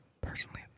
personally